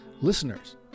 Listeners